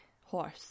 horse